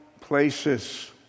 places